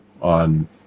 on